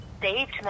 Saved